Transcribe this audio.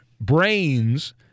Brains